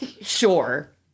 Sure